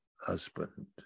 husband